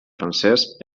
francès